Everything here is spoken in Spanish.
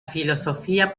filosofía